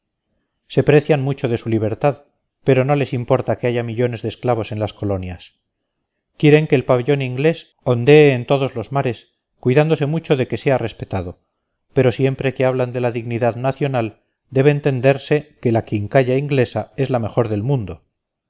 se precian mucho de su libertad pero no les importa que haya millones de esclavos en las colonias quieren que el pabellón inglés ondee en todos los mares cuidándose mucho de que sea respetado pero siempre que hablan de la dignidad nacional debe entenderse que la quincalla inglesa es la mejor del mundo